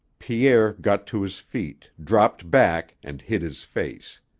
pierre got to his feet, dropped back, and hid his face.